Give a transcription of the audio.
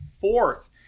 fourth